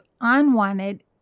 unwanted